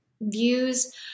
views